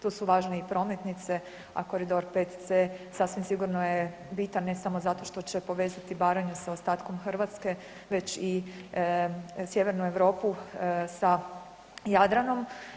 Tu su važne i prometnice, a koridor 5C sasvim sigurno je bitan ne samo zato što će povezati Baranju sa ostatkom Hrvatske, već i sjevernu Europu sa Jadranom.